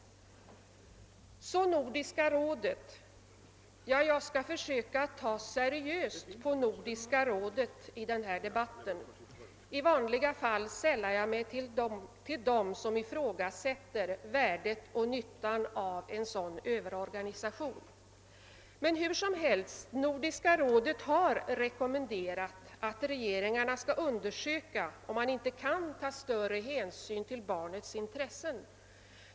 Så till Nordiska rådet. Jag skall försöka se seriöst på Nordiska rådet i den här debatten — i vanliga fall sällar jag mig till dem som ifrågasätter värdet och nyttan av en sådan överorganisation. Hur som helst har Nordiska rådet rekommenderat att regeringarna skall undersöka, om man inte kan ta större hänsyn till barnets intressen.